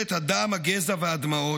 ממשלת הדם, הגזע והדמעות,